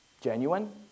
Genuine